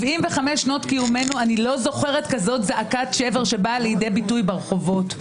ב-75 שנות קיומנו אני לא זוכרת זעקת שבר כזאת שבאה לידי ביטוי ברחובות.